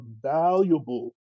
valuable